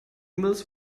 mills